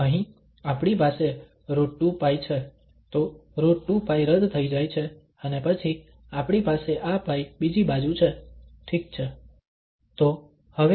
તો અહીં આપણી પાસે √2π છે તો √2π રદ થઈ જાય છે અને પછી આપણી પાસે આ π બીજી બાજુ છે ઠીક છે